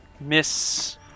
Miss